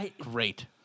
great